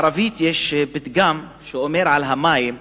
בערבית יש פתגם על המים: